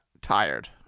tired